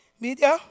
media